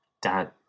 dad